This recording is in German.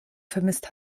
vermisst